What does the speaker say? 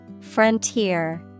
Frontier